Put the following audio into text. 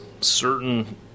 certain